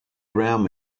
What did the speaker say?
around